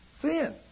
Sin